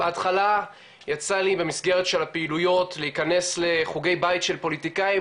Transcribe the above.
בהתחלה יצא לי במסגרת של הפעילויות להיכנס לחוגי בית של פוליטיקאים,